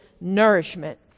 nourishment